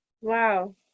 Wow